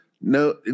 no